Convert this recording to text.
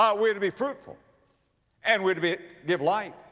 um we're to be fruitful and we're to be, give light.